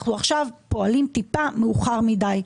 אנחנו עכשיו פועלים טיפה מאוחר מידי.